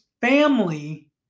family